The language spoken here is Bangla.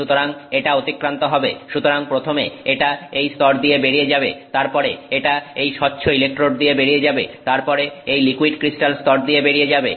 সুতরাং এটা অতিক্রান্ত হবে সুতরাং প্রথমে এটা এই স্তর দিয়ে বেরিয়ে যাবে তারপরে এটা এই স্বচ্ছ ইলেকট্রোড দিয়ে বেরিয়ে যাবে তারপরে এই লিকুইড ক্রিস্টাল স্তর দিয়ে বেরিয়ে যাবে